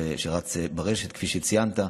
שרץ ברשת, כפי שציינת.